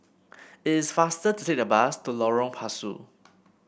it is faster to take the bus to Lorong Pasu